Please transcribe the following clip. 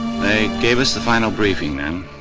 they gave us the final briefing then.